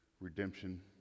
redemption